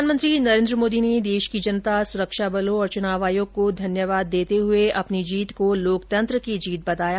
प्रधानमंत्री नरेन्द्र मोदी ने देश की जनता सुरक्षा बलों और चुनाव आयोग को धन्यवाद देते हुए अपनी जीत को लोकतंत्र की जीत बताया